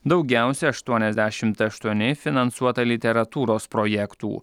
daugiausia aštuoniasdešimt aštuoni finansuota literatūros projektų